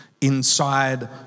inside